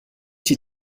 die